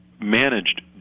managed